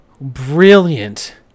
brilliant